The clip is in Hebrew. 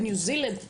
בניו-זילנד?